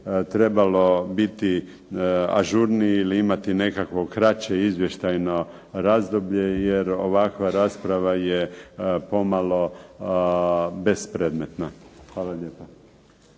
trebalo biti ažurniji ili imati nekakvo kraće izvještajno razdoblje, jer ovakva rasprava je pomalo bespredmetna. Hvala lijepa.